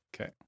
okay